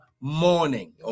morning